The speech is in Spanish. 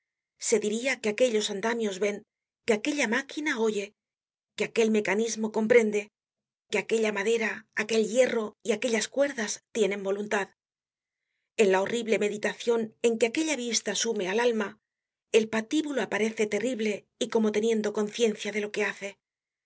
se diria que aquellos andamios ven que aquella máquina oye que aquel me canismo comprende que aquella madera aquel hierro y aquellas cuerdas tienen voluntad en la horrible meditacion en que aquella vista sume al alma el patíbulo aparece terrible y como teniendo conciencia de lo que hace el